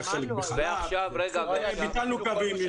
לא הבנתי.